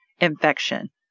infection